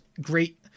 great